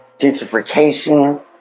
gentrification